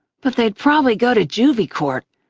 but they'd probably go to juvie court.